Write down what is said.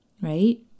right